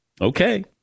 Okay